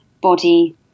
body